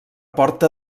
porta